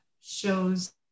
shows